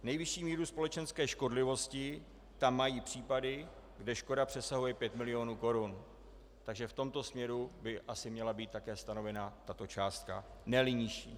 Nejvyšší míru společenské škodlivosti tam mají případy, kde škoda přesahuje 5 mil. korun, takže v tomto směru by asi měla být také stanovená tato částka, neli nižší.